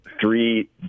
three